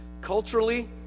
culturally